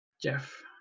Jeff